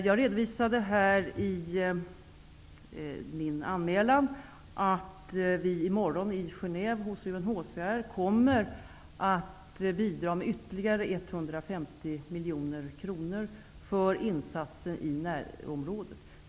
Jag redovisade här i min anmälan att vi i morgon i Gen&ve hos UNHCR kommer att bidra med ytterligare 150 miljoner kronor för insatser i närområdet.